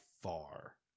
far